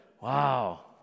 Wow